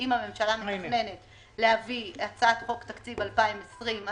שאם הממשלה מתכננת להביא הצעת חוק תקציב 2020,